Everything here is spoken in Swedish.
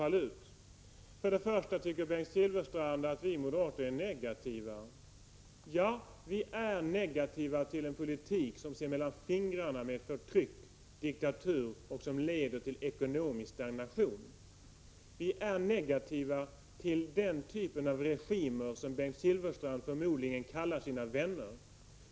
Först och främst tycker Bengt Silfverstrand att vi moderater är negativa. Ja, vi är negativa till en politik, som ser mellan fingrarna med förtryck och diktatur och som leder till ekonomisk stagnation. Vi är negativa till den typen av regimer som Bengt Silfverstrand förmodligen kallar sina vänner.